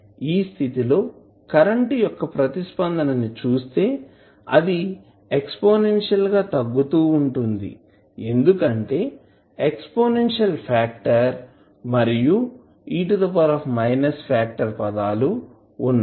ఈ స్థితి లో కరెంటు యొక్క ప్రతిస్పందన ని చుస్తే అది ఎక్స్పోనెన్షియల్ గా తగ్గుతూ ఉంటుంది ఎందుకంటే ఎక్స్పోనెన్షియల్ ఫాక్టర్ మరియు e ఫాక్టర్ పదాలు ఉన్నాయి